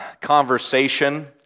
conversation